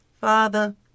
Father